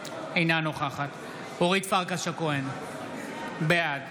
נוכחת אורית פרקש הכהן, בעד